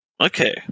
Okay